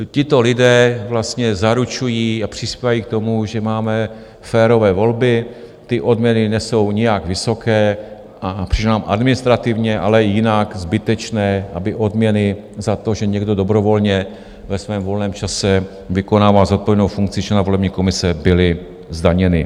Tito lidé vlastně zaručují a přispívají k tomu, že máme férové volby, ty odměny nejsou nijak vysoké a přijde nám administrativně, ale i jinak zbytečné, aby odměny za to, že někdo dobrovolně ve svém volném čase vykonává zodpovědnou funkci člena volební komise, byly zdaněny.